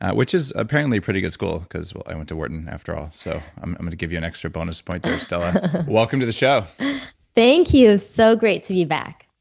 which is apparently a pretty good school because, well, i went to wharton after all. so i'm i'm gonna give you an extra bonus point there, stella. welcome to the show thank you. it's so great to be back